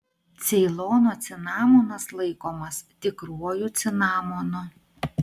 ceilono cinamonas laikomas tikruoju cinamonu